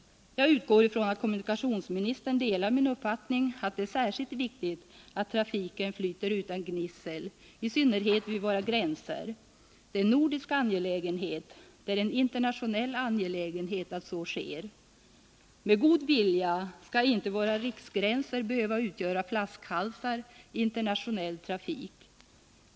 Jag utgår ifrån att kommunikationsministern delar min uppfattning att det är särskilt viktigt att trafiken flyter utan gnissel, i synnerhet vid våra gränser. Det är en nordisk angelägenhet och en internationell angelägenhet att så sker. Med god vilja skall inte våra riksgränser behöva utgöra flaskhalsar i internationell trafik.